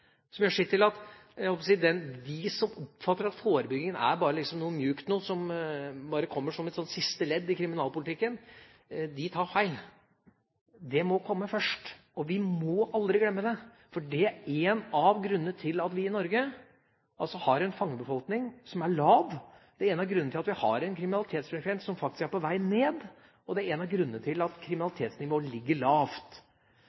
som gjør sitt til at – jeg holdt på å si – de som oppfatter at forebygging liksom er noe mjukt noe som bare kommer som et slags siste ledd i kriminalpolitikken, de tar feil. Det må komme først, og vi må aldri glemme det, for det er en av grunnene til at vi i Norge har en fangebefolkning som er liten. Det er en av grunnene til at vi har en kriminalitetsfrekvens som faktisk er på vei ned, og det er en av grunnene til at